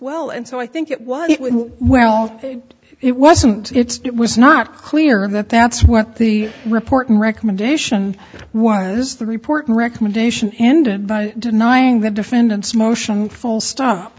well and so i think it was well it wasn't it was not clear that that's what the reporting recommendation was the report recommendation ended by denying the defendants motion full stop